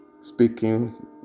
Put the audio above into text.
speaking